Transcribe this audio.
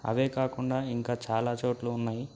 అవే కాకుండా ఇంకా చాలా చోట్లు ఉన్నాయి